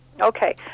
Okay